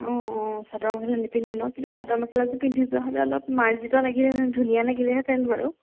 অঁ অঁ চাদৰ মেখেলা নিপিন্ধো ন কিন্তু চাদৰ মেখেলাযোৰ পিন্ধি যোৱা হ'লে অলপ মাৰ্জিত লাগিলেহেঁতেন ধুনীয়া লাগিলেহেঁতেন বাৰু